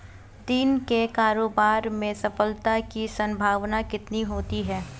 दिन के कारोबार में सफलता की संभावना कितनी होती है?